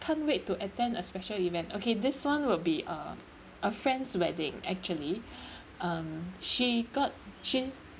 can't wait to attend a special event okay this one will be uh a friend's wedding actually um she got she